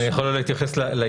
אני יכול אולי להתייחס ליחס.